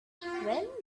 well